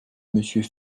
monsieur